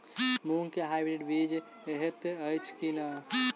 मूँग केँ हाइब्रिड बीज हएत अछि की नै?